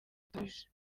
bikabije